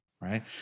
right